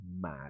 mad